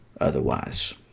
otherwise